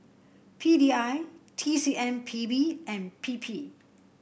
P D I T C M P B and P P